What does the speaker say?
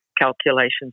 calculations